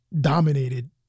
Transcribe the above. dominated